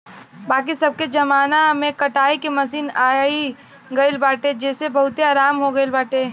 बाकी अबके जमाना में कटाई के मशीन आई गईल बाटे जेसे बहुते आराम हो गईल बाटे